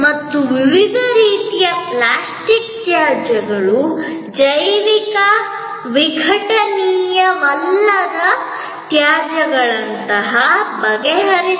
ಮತ್ತು ದೇಶದಾದ್ಯಂತದ ವಿವಿಧ ಸಸ್ಯಗಳಲ್ಲಿ ವಿವಿಧ ವಸತಿ ದೊಡ್ಡ ವಸತಿ ಸಂಕೀರ್ಣಗಳಲ್ಲಿ ಒಂದು ಮೂಲೆಯಲ್ಲಿ ಹಳೆಯ ಯಂತ್ರಗಳ ಈ ಬೃಹತ್ ರಾಶಿ ತುಕ್ಕು ಹಿಡಿಯುತ್ತಿರುವುದನ್ನು ನೀವು ಕಾಣಬಹುದು ಯಾವುದೇ ಉತ್ಪಾದಕ ಬಳಕೆಗೆ ಬರುವುದಿಲ್ಲ